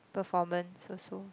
performance also